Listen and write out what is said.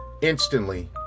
instantly